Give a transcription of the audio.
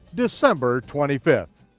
december twenty fifth.